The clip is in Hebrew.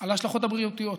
על ההשלכות הבריאותיות,